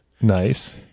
nice